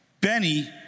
Benny